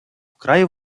вкрай